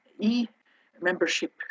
e-membership